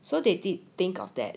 so they didn't think of that